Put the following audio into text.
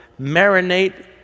marinate